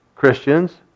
Christians